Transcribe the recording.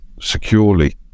securely